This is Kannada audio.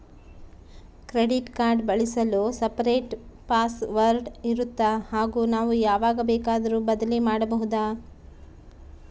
ಕ್ರೆಡಿಟ್ ಕಾರ್ಡ್ ಬಳಸಲು ಸಪರೇಟ್ ಪಾಸ್ ವರ್ಡ್ ಇರುತ್ತಾ ಹಾಗೂ ನಾವು ಯಾವಾಗ ಬೇಕಾದರೂ ಬದಲಿ ಮಾಡಬಹುದಾ?